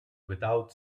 without